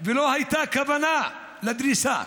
ולא הייתה כוונה לדריסה.